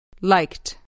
Liked